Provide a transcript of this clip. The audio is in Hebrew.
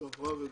גברה וגברה.